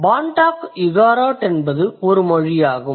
Bontoc Igorot என்பது ஒரு மொழியாகும்